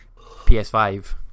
PS5